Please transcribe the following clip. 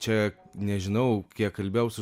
čia nežinau kiek kalbėjau su